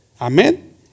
Amen